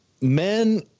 men